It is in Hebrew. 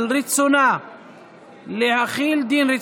בעד, אין מתנגדים ונמנעים.